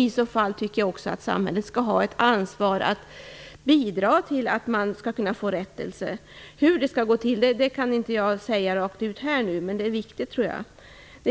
I så fall tycker jag att samhället har ett ansvar också i fråga om att bidra till att människor kan få rättelse. Hur det skall gå till kan jag inte ge ett rakt besked om här. Det här är i